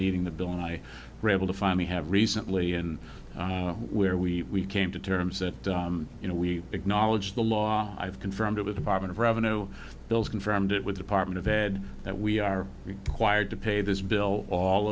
meeting the bill and i rebel to finally have recently and where we came to terms that you know we acknowledge the law i've confirmed with department of revenue bills confirmed it with department of ed that we are required to pay this bill all